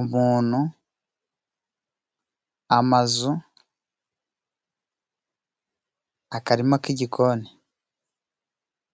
umunu, amazu, akarima k'igikoni.